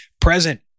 present